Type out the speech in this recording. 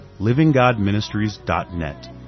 livinggodministries.net